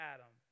Adam